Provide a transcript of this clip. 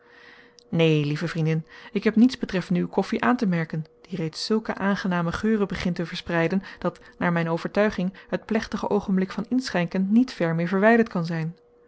neen lieve vriendin ik heb niets betreffende uw koffie aan te merken die reeds zulke aangename geuren begint te verspreiden dat naar mijn overtuiging het plechtig oogenblik van inschenken niet ver meer verwijderd kan zijn